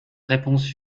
réponse